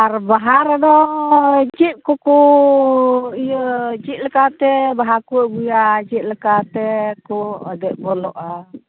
ᱟᱨ ᱵᱟᱦᱟ ᱨᱮᱫᱚ ᱪᱮᱫ ᱠᱚᱠᱚ ᱤᱭᱟᱹ ᱪᱮᱫ ᱞᱮᱠᱟᱛᱮ ᱵᱟᱦᱟᱠᱚ ᱟᱹᱜᱩᱭᱟ ᱪᱮᱫᱞᱮᱠᱟ ᱛᱮᱠᱚ ᱟᱹᱵᱩᱠ ᱵᱚᱞᱚᱜᱼᱟ